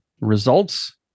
results